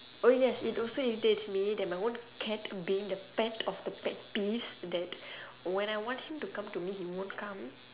oh yes it also irritates me that my own cat being the pet of the pet peeves that when I want him to come to me he won't come